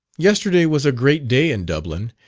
yesterday was a great day in dublin.